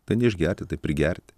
tai ne išgerti tai prigerti